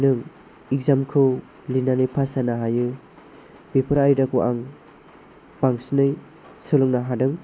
नों एग्जाम खौ लिरनानै पास जानो हायो बेफोर आयदाखौ आं बांसिनै सोलोंनो हादों